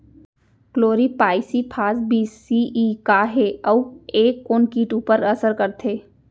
Chlorpyrifos बीस CE का हे अऊ ए कोन किट ऊपर असर करथे?